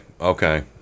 okay